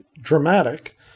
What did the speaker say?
dramatic